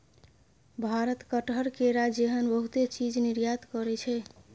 भारत कटहर, केरा जेहन बहुते चीज निर्यात करइ छै